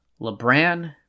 LeBran